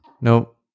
Nope